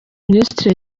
minisitiri